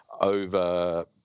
over